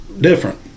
different